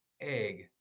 egg